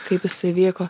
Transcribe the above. kaip jisai vyko